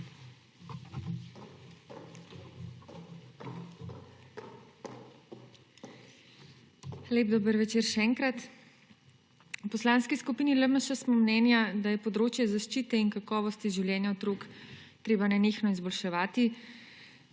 Lep dober večer še enkrat! V Poslanski skupini LMŠ smo mnenja, da je področje zaščite in kakovosti življenja otrok treba nenehno izboljševati,